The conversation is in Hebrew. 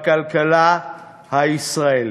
בכלכלה הישראלית.